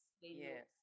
Yes